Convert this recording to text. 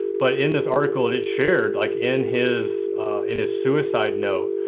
but in this article and it's shared, like in his in his suicide note,